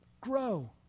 grow